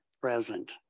present